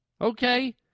Okay